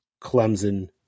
Clemson